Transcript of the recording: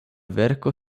verko